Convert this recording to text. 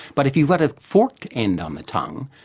but if you've got a forked end on the tongue,